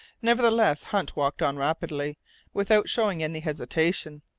nevertheless, hunt walked on rapidly without showing any hesitation.